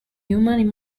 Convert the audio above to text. human